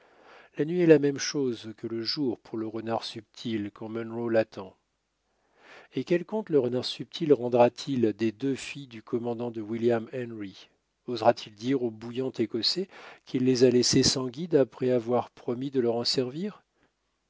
la nuit est la même chose que le jour pour le renard subtil quand munro l'attend et quel compte le renard subtil rendra-t-il des deux filles du commandant de william henry osera t il dire au bouillant écossais qu'il les a laissées sans guide après avoir promis de leur en servir